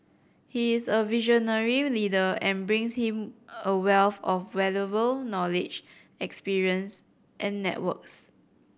he is a visionary leader and brings him a wealth of valuable knowledge experience and networks